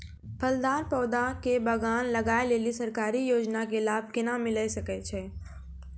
फलदार पौधा के बगान लगाय लेली सरकारी योजना के लाभ केना मिलै छै?